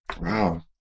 Wow